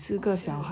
我是